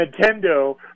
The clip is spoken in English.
Nintendo